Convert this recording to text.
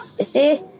See